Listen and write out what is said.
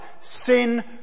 sin